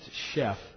chef